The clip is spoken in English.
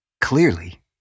Clearly